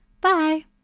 Bye